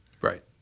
Right